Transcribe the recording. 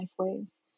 lifeways